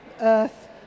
earth